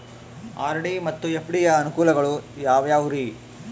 RD ಮತ್ತು FD ಯ ಅನುಕೂಲಗಳು ಯಾವ್ಯಾವುರಿ?